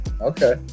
okay